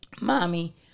Mommy